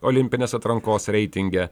olimpinės atrankos reitinge